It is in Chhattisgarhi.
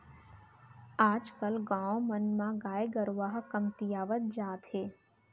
आज कल गाँव मन म गाय गरूवा ह कमतियावत जात हे